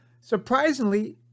Surprisingly